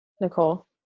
Nicole